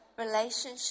relationship